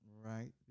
right